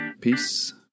Peace